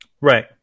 Right